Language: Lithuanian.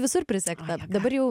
visur prisegta dabar jau